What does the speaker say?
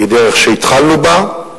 זו דרך שהתחלנו בה,